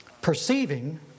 Perceiving